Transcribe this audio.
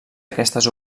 aquestes